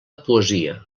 poesia